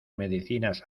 medicinas